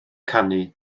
canu